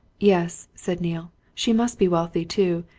yes, said neale. she must be wealthy, too.